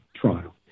trial